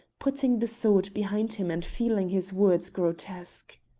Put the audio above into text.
putting the sword behind him and feeling his words grotesque.